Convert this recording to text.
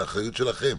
זו האחריות שלכם.